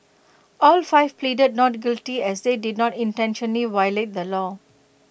all five pleaded not guilty as they did not intentionally violate the law